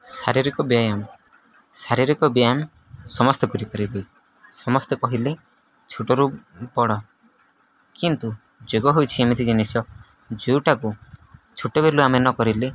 ଶାରୀରିକ ବ୍ୟାୟାମ ଶାରୀରିକ ବ୍ୟାୟାମ ସମସ୍ତେ କରିପାରିବେ ସମସ୍ତେ କହିଲେ ଛୋଟରୁ ବଡ଼ କିନ୍ତୁ ଯୋଗ ହୋଇଛି ଏମିତି ଜିନିଷ ଯେଉଁଟାକୁ ଛୋଟବେଳୁ ଆମେ ନ କରିଲେ